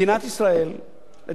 לדעתי של מיליונים רבים.